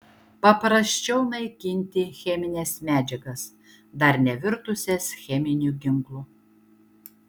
paprasčiau naikinti chemines medžiagas dar nevirtusias cheminiu ginklu